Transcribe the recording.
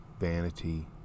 vanity